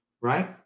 right